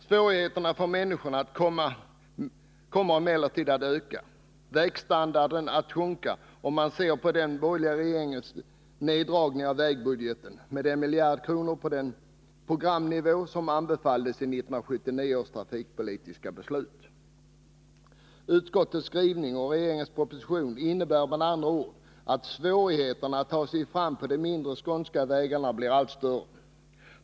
Svårigheterna för människorna kommer att öka och vägstandarden kommer att försämras genom den borgerliga regeringens neddragning av vägbudgeten med 1 miljard kronor i förhållande till den programnivå som anbefalldes i 1979 års trafikpolitiska beslut. Utskottets skrivning och regeringens proposition innebär med andra ord att svårigheterna att ta sig fram på de mindre skånska vägarna blir allt större.